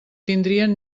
tindrien